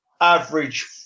average